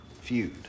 feud